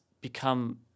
become